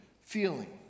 feeling